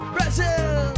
Brazil